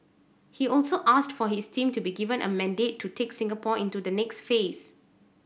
he also asked for his team to be given a mandate to take Singapore into the next phase